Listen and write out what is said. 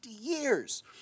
years